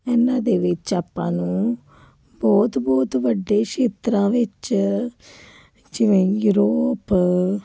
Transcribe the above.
ਇਹਨਾਂ ਦੇ ਵਿੱਚ ਆਪਾਂ ਨੂੰ ਬਹੁਤ ਬਹੁਤ ਵੱਡੇ ਸ਼ੇਤਰਾਂ ਵਿੱਚ ਜਿਵੇਂ ਯੂਰੋਪ